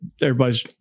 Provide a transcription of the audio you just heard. everybody's